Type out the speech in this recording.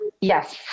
yes